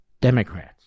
Democrats